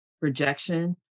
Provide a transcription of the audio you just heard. rejection